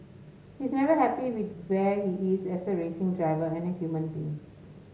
he is never happy with where he is as a racing driver and a human being